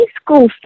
school